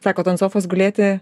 sakot ant sofos gulėti